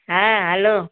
हा हलो